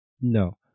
No